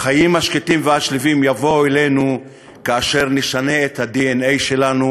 החיים השקטים והשלווים יבואו אלינו כאשר נשנה את הדנ"א שלנו,